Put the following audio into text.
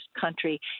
country